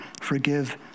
forgive